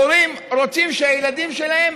הורים, רוצים שהילדים שלהם